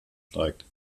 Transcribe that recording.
steigt